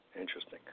interesting